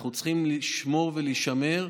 אנחנו צריכים לשמור ולהישמר.